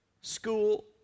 school